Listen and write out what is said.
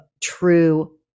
true